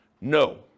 no